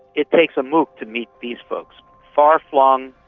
it takes a mooc to meet these folks far-flung,